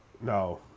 No